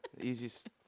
easiest